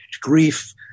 grief